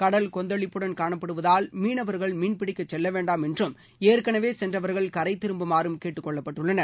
கடல் கொந்தளிப்புடன் காணப்படுவதால் மீனவர்கள் மீன்பிடிக்க செல்ல வேண்டாம் என்றும் ஏற்கனவே சென்றவர்கள் கரை திரும்புமாறும் கேட்டுக் கொள்ளப்பட்டுள்ளனர்